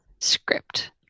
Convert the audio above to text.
script